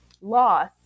loss